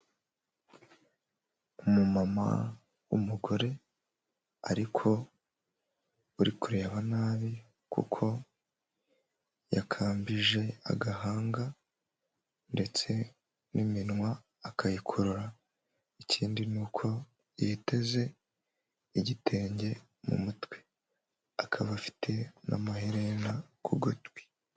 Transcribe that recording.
Umumama w'umugore ariko uri kureba nabi kuko yakambije agahanga ndetse n'iminwa akayikurura, ikindi ni uko yiteze igitenge mu mutwe, akaba afite n'amaherena ku gutwi.